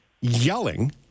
yelling